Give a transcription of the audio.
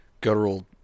guttural